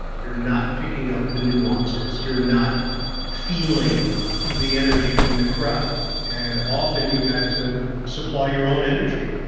ah you're not picking up the nuances. you're not feeling the energy from the crowd. and often you had to supply your own energy.